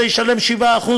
זה ישלם 7%,